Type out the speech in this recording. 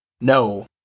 No